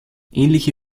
ähnliche